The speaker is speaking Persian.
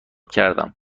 کردم